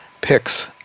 Picks